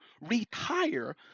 retire